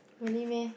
really meh